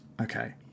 Okay